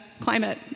climate